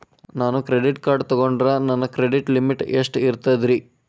ನಾನು credit card ತೊಗೊಂಡ್ರ ನನ್ನ ಕ್ರೆಡಿಟ್ ಲಿಮಿಟ್ ಎಷ್ಟ ಇರ್ತದ್ರಿ?